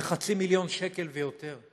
זה חצי מיליון שקל או יותר.